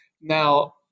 Now